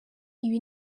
ibi